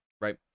right